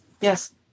Yes